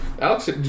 Alex